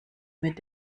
mit